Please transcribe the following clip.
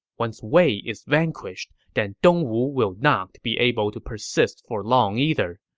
once wei is vanquished, then dongwu will not be able to persist for long either.